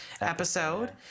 episode